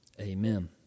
amen